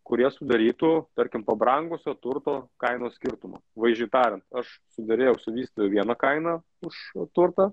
kurie sudarytų tarkim pabrangusio turto kainos skirtumą vaizdžiai tariant aš suderėjau su vystytoju vieną kainą už turtą